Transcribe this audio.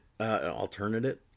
alternative